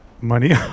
money